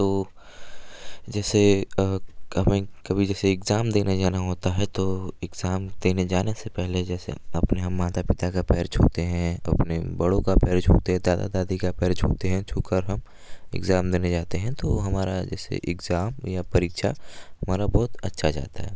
तो जैसे हमें कभी जैसे एग्जाम देने जाना होता है तो एग्जाम देने जाने से पहले जैसे अपने हम माता पिता का पैर छूते हैं तो अपने बड़ों का पैर छूते हैं दादा दादी का पैर छूते हैं छूकर हम एग्जाम देने जाते हैं तो हमारा जैसे एग्जाम या परीक्षा हमारा बहुत अच्छा जाता है